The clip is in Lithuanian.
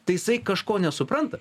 tai jisai kažko nesupranta